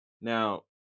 Now